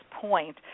point